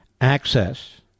Access